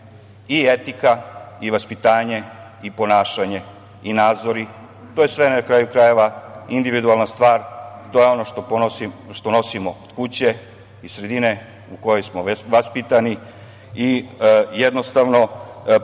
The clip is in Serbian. i etika i vaspitanje i ponašanje i nadzori, to je sve, na kraju krajeva, individualna stvar, to je ono što nosimo od kuće, iz sredine u kojoj smo vaspitani i jednostavno jesu deo